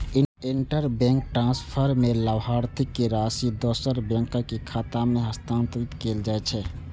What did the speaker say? interbank transfer मे लाभार्थीक राशि दोसर बैंकक खाता मे हस्तांतरित कैल जाइ छै